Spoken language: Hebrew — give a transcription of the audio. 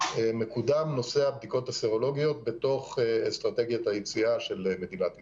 מקודם נושא הבדיקות הסרולוגיות באסטרטגיית היציאה של מדינת ישראל.